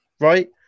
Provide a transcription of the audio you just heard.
right